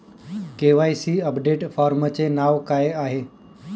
KYC update फॉर्मचे नाव काय आहे?